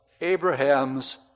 Abraham's